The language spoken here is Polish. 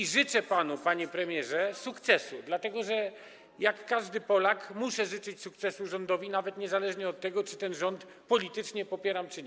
I życzę panu, panie premierze, sukcesu, dlatego że jak każdy Polak muszę życzyć sukcesu rządowi, niezależnie od tego, czy ten rząd politycznie popieram, czy nie.